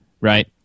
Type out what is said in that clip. right